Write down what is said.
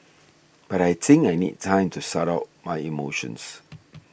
but I think I need time to sort out my emotions